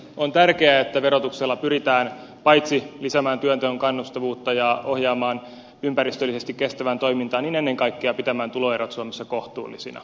on tärkeää että verotuksella pyritään paitsi lisäämään työnteon kannustavuutta ja ohjaamaan ympäristöllisesti kestävään toimintaan niin ennen kaikkea pitämään tuloerot suomessa kohtuullisina